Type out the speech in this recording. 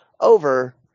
over